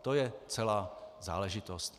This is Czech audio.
To je celá záležitost.